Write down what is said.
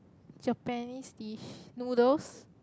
Japanese dish noodles